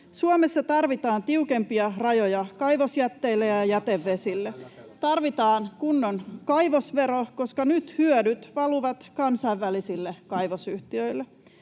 Suomessa tarvitaan tiukempia rajoja kaivosjätteille ja jätevesille. Tarvitaan kunnon kaivosvero, koska nyt hyödyt valuvat kansainvälisille kaivosyhtiöille.